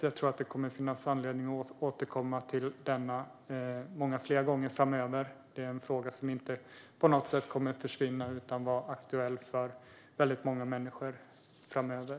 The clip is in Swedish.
Det kommer att finnas anledning att återkomma till denna fråga många gånger, för det är en fråga som inte kommer att försvinna utan vara aktuell för många människor framöver.